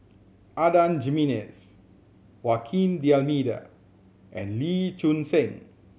Adan Jimenez D'Almeida and Lee Choon Seng